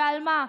ועל מה?